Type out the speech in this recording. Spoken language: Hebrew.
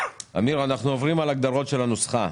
אמיר, אנחנו עוברים על ההגדרות של הנוסחה.